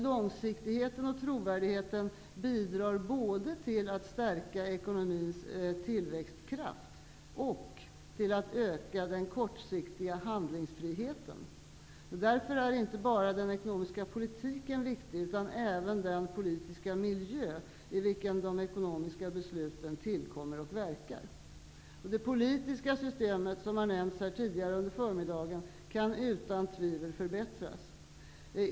Långsiktighet och trovärdighet bidrar både till att stärka ekonomins tillväxtkraft och till att öka den kortsiktiga handlingsfriheten. Därför är inte bara den ekonomiska politiken viktig utan även den politiska miljö i vilken de ekonomiska besluten tillkommer och verkar. Det politiska systemet kan -- som nämnts här under förmiddagen -- utan tvivel förbättras.